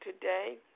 today